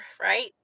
right